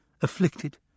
afflicted